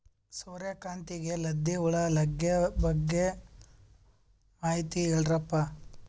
ಸೂರ್ಯಕಾಂತಿಗೆ ಲದ್ದಿ ಹುಳ ಲಗ್ಗೆ ಬಗ್ಗೆ ಮಾಹಿತಿ ಹೇಳರಪ್ಪ?